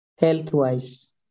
health-wise